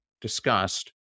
discussed